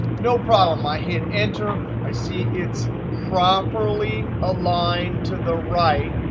no problem. i hit enter, i see it's properly aligned to the right.